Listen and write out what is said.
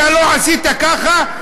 אתה לא עשית ככה,